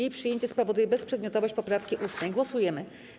Jej przyjęcie spowoduje bezprzedmiotowość poprawki 8. Głosujemy.